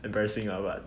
embarrassing lah but